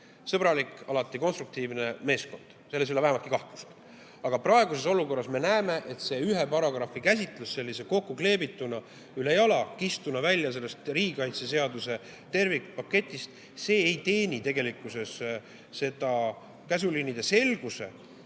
sõbralik ja alati konstruktiivne meeskond, selles ei ole vähimatki kahtlust. Aga praeguses olukorras me näeme, et ühe paragrahvi käsitlus kokku kleebituna, ülejala kistuna välja riigikaitseseaduse tervikpaketist ei teeni tegelikkuses käsuliinide selguse